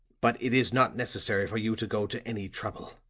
but it is not necessary for you to go to any trouble.